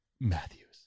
Matthews